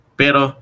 pero